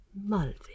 Mulvey